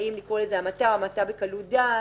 האם לקרוא לזה המתה או המתה בקלות דעת.